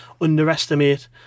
underestimate